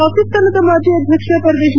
ಪಾಟಿಸ್ತಾನದ ಮಾಜಿ ಅಧ್ಯಕ್ಷ ಪರ್ವೇಣ್